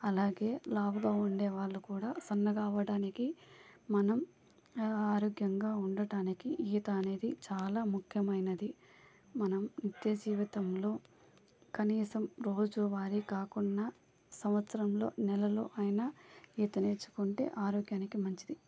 అలాగే లావుగా ఉండే వాళ్ళు కూడా సన్నగా అవ్వడానికి మనం ఆరోగ్యంగా ఉండటానికి ఈత అనేది చాలా ముఖ్యమైనది మనం నిత్యజీవితంలో కనీసం రోజువారీ కాకుండా సంవత్సరంలో నెలలో అయినా ఈత నేర్చుకుంటే ఆరోగ్యానికి మంచిది